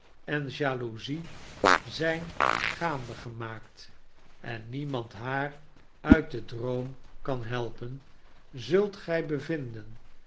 en jaloezie zijn gaande gemaakt en niemand haar uit den droom kan helpen zult gij bevinden